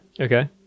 Okay